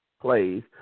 plays